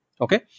Okay